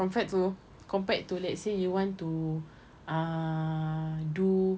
compared to compared to let's say you want to uh do